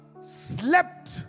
slept